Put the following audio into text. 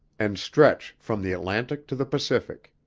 and stretch from the atlantic to the pacific.